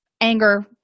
Anger